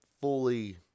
fully